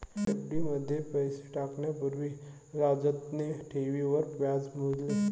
FD मध्ये पैसे टाकण्या पूर्वी राजतने ठेवींवर व्याज मोजले